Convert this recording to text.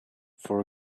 for